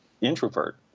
introvert